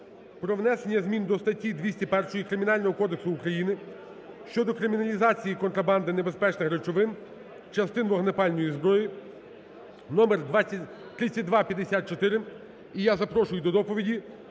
про внесення змін до статті 201 Кримінального кодексу України щодо криміналізації контрабанди небезпечних речовин, частин вогнепальної зброї (№ 3254). І я запрошую до доповіді